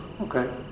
Okay